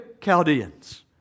Chaldeans